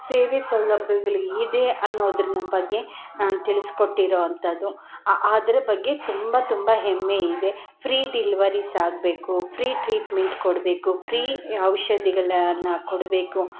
ಸೇವೆ ಸೌಲಭ್ಯಗಳು ಇದೆ ಅನೋದನ್ನು ಬಗ್ಗೆ ನಾನು ತಿಳಸ್ಕೊಟ್ಟಿರೋಂಥದ್ದು ಅದ್ರ ಬಗ್ಗೆ ತುಂಬ ತುಂಬ ಹೆಮ್ಮೆಯಿದೆ ಫ್ರೀ ಡಿಲ್ವರಿಸ್ ಆಗಬೇಕು ಫ್ರೀ ಟ್ರೀಟ್ಮೆಂಟ್ ಕೊಡಬೇಕು ಫ್ರೀ ಔಷಧಿಗಳನ್ನು ಕೊಡಬೇಕು